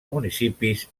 municipis